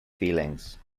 feelings